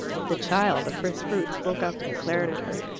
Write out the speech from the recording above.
the child, the first fruits, woke up and glared at her.